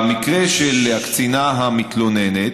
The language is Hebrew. במקרה של הקצינה המתלוננת,